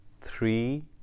three